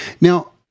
Now